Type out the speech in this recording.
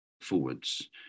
forwards